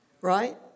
Right